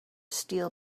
steel